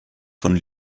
von